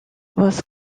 was